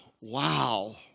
Wow